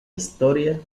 historia